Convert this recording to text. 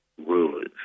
Rulers